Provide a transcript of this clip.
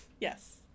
Yes